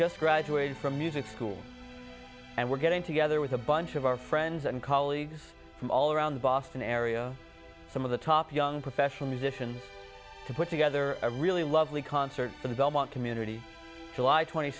just graduated from music school and we're getting together with a bunch of our friends and colleagues from all around the boston area some of the top young professional musicians to put together a really lovely concert for the belmont community july twenty